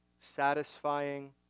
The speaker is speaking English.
Satisfying